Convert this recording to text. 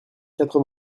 quatre